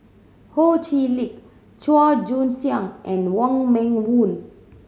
Ho Chee Lick Chua Joon Siang and Wong Meng Voon